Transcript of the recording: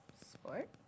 Sport